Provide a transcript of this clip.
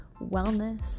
wellness